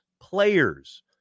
players